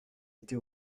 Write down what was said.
était